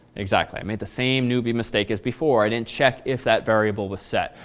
exactly. i made the same newbie mistake as before. i didn't check if that variable was set.